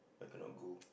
I cannot go